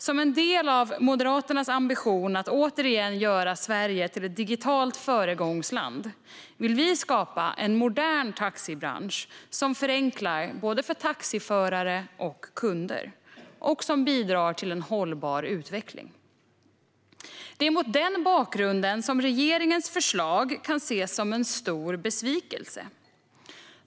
Som en del av Moderaternas ambition att återigen göra Sverige till ett digitalt föregångsland vill vi skapa en modern taxibransch som förenklar för både taxiförare och kunder och som bidrar till en hållbar utveckling. Det är mot den bakgrunden som regeringens förslag kan ses som en stor besvikelse.